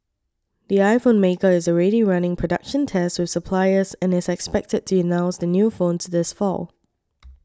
the iPhone maker is already running production tests with suppliers and is expected to announce the new phones this fall